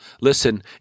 Listen